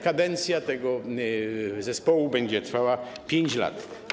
Kadencja tego zespołu będzie trwała 5 lat.